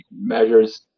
measures